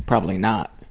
probably not.